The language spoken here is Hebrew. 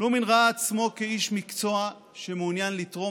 פלומין ראה עצמו כאיש מקצוע שמעוניין לתרום